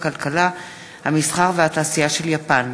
משה גפני,